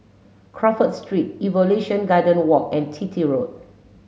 Crawford Street Evolution Garden Walk and Chitty Road